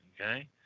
okay